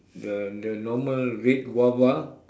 the the normal red guava